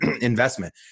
investment